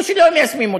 או שלא מיישמים אותה.